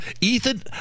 Ethan